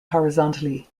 horizontally